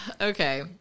okay